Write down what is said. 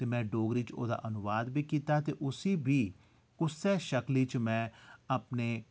ते में डोगरी च ओह्दा अनुवाद बी कीता ते उसी बी उस्सै शक्ली च में